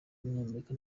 w’umunyamerika